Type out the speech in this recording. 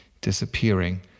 disappearing